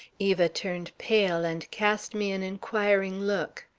eva turned pale and cast me an inquiring look.